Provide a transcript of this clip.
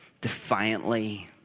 defiantly